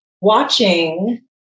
watching